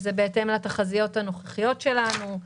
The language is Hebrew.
שזה בהתאם לתחזיות הנוכחיות שלנו.